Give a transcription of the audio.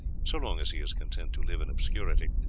so long as he is content to live in obscurity,